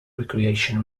recreation